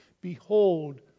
Behold